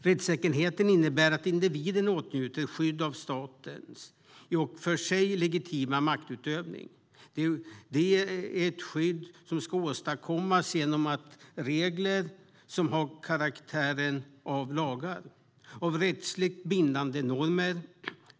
Rättssäkerhet innebär att individen åtnjuter skydd mot statens i och för sig legitima maktutövning. Det är ett skydd som ska åstadkommas genom regler som har karaktären av lagar och av rättsligt bindande normer.